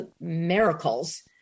miracles